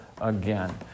again